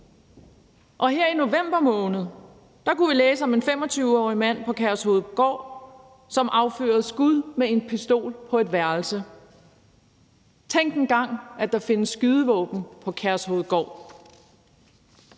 Her i november måned kunne vi læse om en 25-årig mand på Kærshovedgård, som affyrede skud med en pistol på et værelse. Tænk engang, at der findes skydevåben på Kærshovedgård.